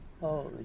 Holy